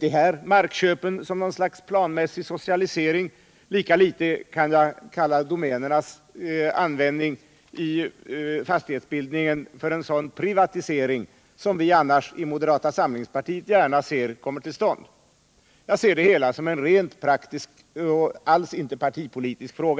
dessa markköp som någon planmässig socialisering, lika litet kan jag Nr 54 kalla domäners användning i fastighetsbildningen för en sådan priva Fredagen den tisering som vi i moderata samlingspartiet annars gärna ser kommer till 16 december 1977 stånd. Jag ser det hela som en rent praktisk och alls inte partipolitisk fråga.